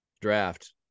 draft